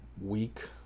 week